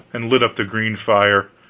and lit up the green fire!